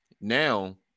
Now